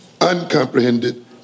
uncomprehended